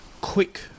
quick